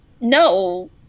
No